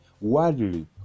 worldly